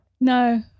No